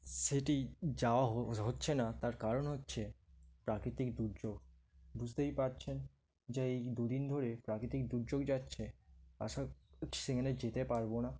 সেটি যাওয়া হচ্ছে না তার কারণ হচ্ছে প্রাকৃতিক দুর্যোগ বুঝতেই পারছেন যে এই দুদিন ধরে প্রাকৃতিক দুর্যোগ যাচ্ছে আসা সেখানে যেতে পারব না